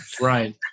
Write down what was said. Right